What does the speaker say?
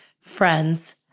friends